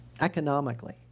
economically